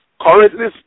currently